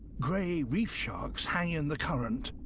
gray reef sharks hang in the current.